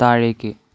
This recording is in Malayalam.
താഴേക്ക്